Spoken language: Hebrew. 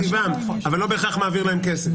אבל לא בהכרח מעביר להם כסף.